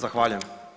Zahvaljujem.